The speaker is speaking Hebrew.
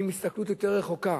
עם הסתכלות יותר רחוקה,